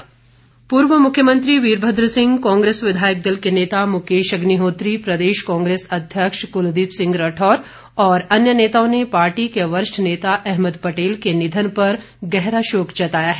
कांग्रेस पूर्व मुख्यमंत्री वीरभद्र सिंह कांग्रेस विधायक दल के नेता मुकेश अग्निहोत्री प्रदेश कांग्रेस अध्यक्ष कुलदीप सिंह राठौर और अन्य नेताओं ने पार्टी के वरिष्ठ नेता अहमद पटेल के निधन पर गहरा शोक जताया है